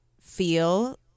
feel